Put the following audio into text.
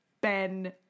Ben